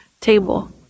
table